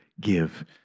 give